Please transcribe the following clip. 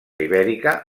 ibèrica